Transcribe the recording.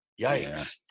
Yikes